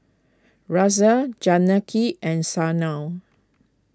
Razia Janaki and Sanal